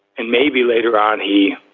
and maybe later on, he,